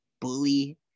bully